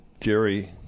Jerry